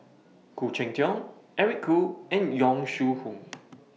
Khoo Cheng Tiong Eric Khoo and Yong Shu Hoong